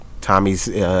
Tommy's